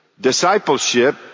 discipleship